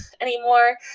anymore